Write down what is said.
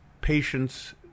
patients